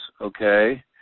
okay